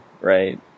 Right